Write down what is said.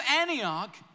Antioch